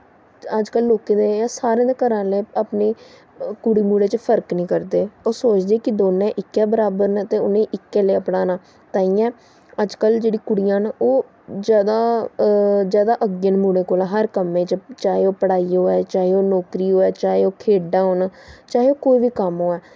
अजकल्ल लोकें दे जां सारें दे घर आह्ले कुड़ी मुड़े च फर्क निं करदे ओह् सोचदे कि दौनें इक्कै बराबर न ते उ'नें गी इक्कै जेहा पढ़ाना ताहियें अजकल्ल जेह्ड़ी कुड़ियां न ओह् जादै अग्गें न हर मुड़ै कोला चाहे ओह् पढ़ाई होऐ चाहे ओह् नौकरी होऐ चाहे ओह् खेढां होन चाहे ओह् कोई बी कम्म होऐ